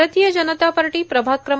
भारतीय जनता पार्टा प्रभाग क्र